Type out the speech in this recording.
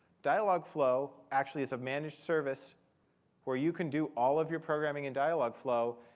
dialogflow actually is a managed service where you can do all of your programming in dialogflow,